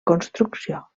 construcció